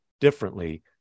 differently